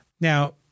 Now